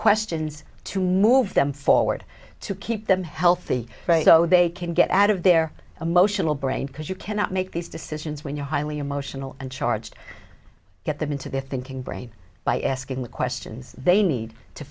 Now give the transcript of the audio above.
questions to move them forward to keep them healthy so they can get out of their emotional brain because you cannot make these decisions when you're highly emotional and charged get them into their thinking brain by asking the questions they need to